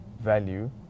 value